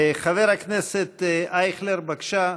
חבר הכנסת אייכלר, בבקשה,